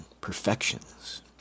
perfections